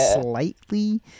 slightly